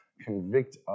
convict